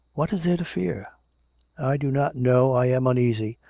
what is there to fear i do not know i am uneasy.